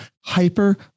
hyper